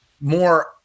more